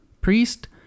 priest